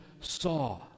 saw